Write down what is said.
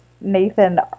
Nathan